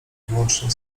wyłącznie